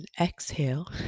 Exhale